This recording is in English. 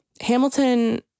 Hamilton